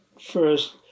first